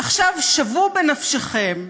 עכשיו, שוו בנפשכם,